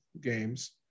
games